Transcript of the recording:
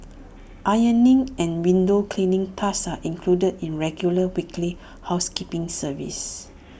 ironing and window cleaning tasks are included in regular weekly housekeeping service